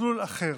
מסלול אחר.